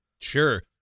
Sure